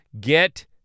Get